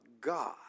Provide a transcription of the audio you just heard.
God